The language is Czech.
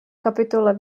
kapitole